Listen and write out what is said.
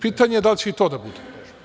Pitanje je da li će i to da bude.